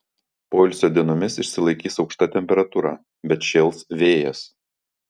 poilsio dienomis išsilaikys aukšta temperatūra bet šėls vėjas